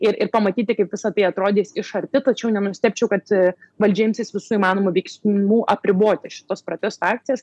ir ir pamatyti kaip visa tai atrodys iš arti tačiau nenustebčiau kad valdžia imsis visų įmanomų veiksmų apriboti šitas protesto akcijas